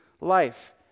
life